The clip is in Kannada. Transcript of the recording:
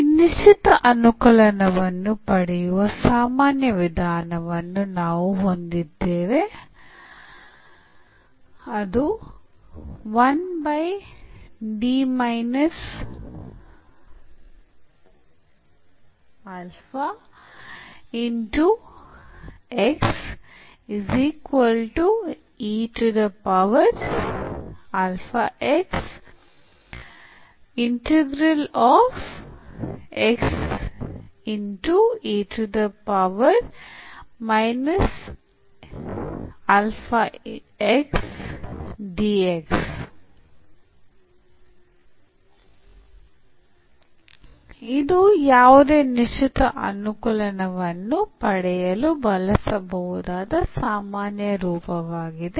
ಈ ನಿಶ್ಚಿತ ಅನುಕಲನವನ್ನು ಪಡೆಯುವ ಸಾಮಾನ್ಯ ವಿಧಾನವನ್ನು ನಾವು ಹೊಂದಿದ್ದೇವೆ ಇದು ಯಾವುದೇ ನಿಶ್ಚಿತ ಅನುಕಲನವನ್ನು ಪಡೆಯಲು ಬಳಸಬಹುದಾದ ಸಾಮಾನ್ಯ ರೂಪವಾಗಿದೆ